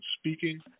speaking